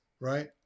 right